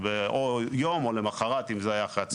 או למחרת אם זה היה אחר הצהריים.